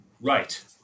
Right